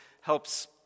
helps